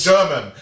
German